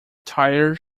tires